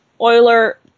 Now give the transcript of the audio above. Euler